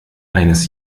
eines